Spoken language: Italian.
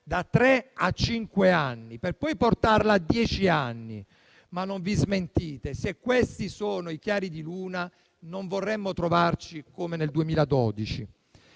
a cinque anni, per poi portarla a dieci anni. Ma non vi smentite. Se questi sono i chiari di luna, non vorremmo trovarci come nel 2012.